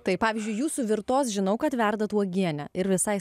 tai pavyzdžiui jūsų virtos žinau kad verdat uogienę ir visai